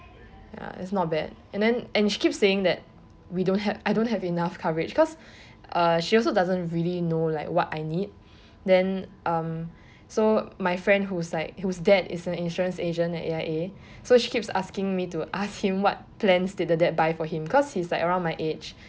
ya it's not bad and then and she keeps saying that we don't ha~ I don't have enough coverage because uh she also doesn't really know like what I need then um so my friend who is like whose dad is an insurance agent at A_I_A so she keeps asking me to ask him what plans did the dad buy for him because he is like around my age